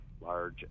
large